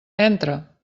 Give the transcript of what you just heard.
entra